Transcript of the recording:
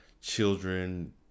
children